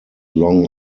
long